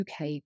UK